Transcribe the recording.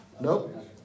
Nope